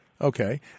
okay